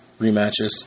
rematches